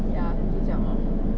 ya 就这样 lor